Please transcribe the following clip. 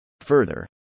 Further